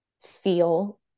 feel